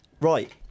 right